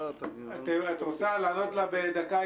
את רוצה לענות לה בדקה?